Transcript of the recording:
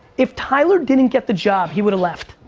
if tyler didn't get the job, he woulda left.